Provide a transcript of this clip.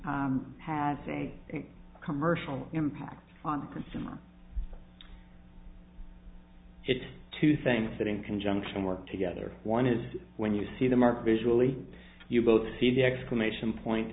has a commercial impact on consumers it's two things that in conjunction work together one is when you see the mark visually you both see the exclamation point